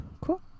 cool